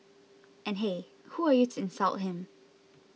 and hey who are you to insult him